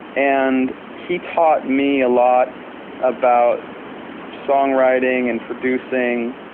and he taught me a lot about song writing and producing,